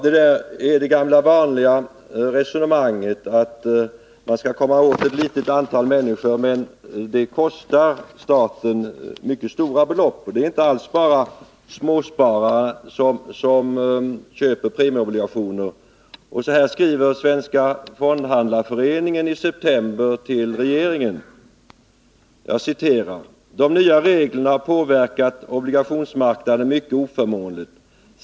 Det är det gamla vanliga resonemanget att man vill komma åt ett litet antal människor men att det kostar staten stora belopp. Det är emellertid inte alls bara småsparare som köper premieobligationer. Så här skriver Svenska Fondhandlareföreningen i september i år till regeringen: ”De nya reglerna har påverkat obligationsmarknaden mycket oförmånligt.